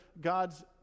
God's